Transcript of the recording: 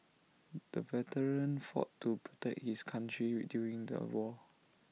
the veteran fought to protect his country during the war